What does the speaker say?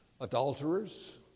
adulterers